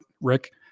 Rick